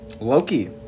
Loki